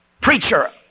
preacher